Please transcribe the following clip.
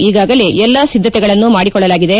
ಈಗಾಗಲೇ ಎಲ್ಲ ಸಿದ್ದತೆಗಳನ್ನು ಮಾಡಿಕೊಳ್ಳಲಾಗಿದೆ